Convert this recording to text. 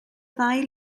ddau